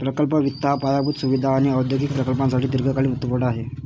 प्रकल्प वित्त हा पायाभूत सुविधा आणि औद्योगिक प्रकल्पांसाठी दीर्घकालीन वित्तपुरवठा आहे